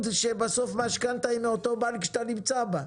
שבסוף משכנתא היא מאותו בנק שאתה נמצא בו.